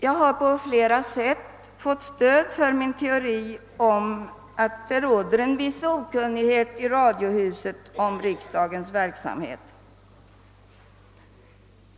Jag har på flera sätt fått stöd för min teori om att det i Radiohuset råder en viss okunnighet om riksdagens verksamhet.